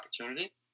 opportunity